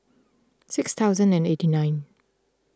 six thousand and eighty nine